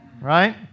right